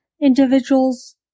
individuals